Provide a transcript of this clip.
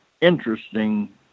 interesting